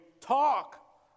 talk